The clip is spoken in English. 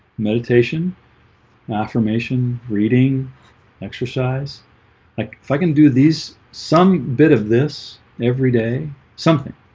meditation affirmation reading exercise like if i can do these some bit of this every day something